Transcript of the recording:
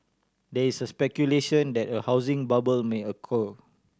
there is speculation that a housing bubble may occur